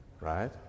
right